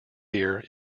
here